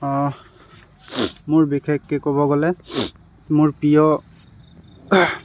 মোৰ বিশেষকৈ ক'ব গ'লে মোৰ প্ৰিয়